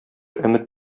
өмет